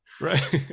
Right